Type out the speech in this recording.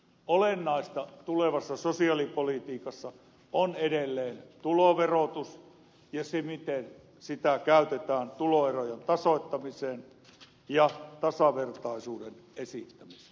olennaista tulevassa sosiaalipolitiikassa on edelleen tuloverotus ja se miten sitä käytetään tuloerojen tasoittamiseen ja tasavertaisuuden edistämiseen